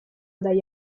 dagli